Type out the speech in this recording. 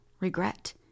regret